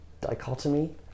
dichotomy